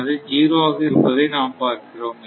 ஆனது 0 ஆக இருப்பதை நாம் பார்க்கிறோம்